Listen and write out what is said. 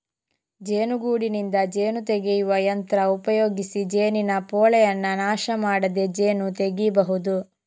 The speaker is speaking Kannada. ಜೇನುಗೂಡಿನಿಂದ ಜೇನು ತೆಗೆಯುವ ಯಂತ್ರ ಉಪಯೋಗಿಸಿ ಜೇನಿನ ಪೋಳೆಯನ್ನ ನಾಶ ಮಾಡದೆ ಜೇನು ತೆಗೀಬಹುದು